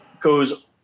goes